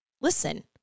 listen